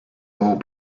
all